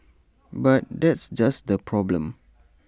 but that's just the problem